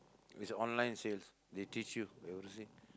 if is a online sales they teach you they will say